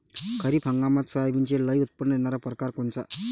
खरीप हंगामात सोयाबीनचे लई उत्पन्न देणारा परकार कोनचा?